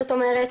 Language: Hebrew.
זאת אומרת,